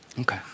Okay